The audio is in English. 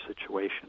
situation